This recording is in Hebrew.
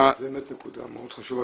זו נקודה מאוד חשובה,